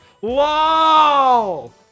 whoa